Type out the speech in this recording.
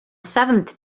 seventh